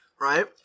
right